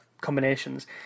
combinations